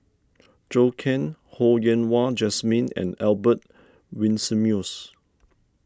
Zhou Can Ho Yen Wah Jesmine and Albert Winsemius